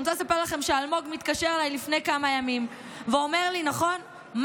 אני רוצה לספר לכם שאלמוג מתקשר אליי לפני כמה ימים ואומר לי: מאי,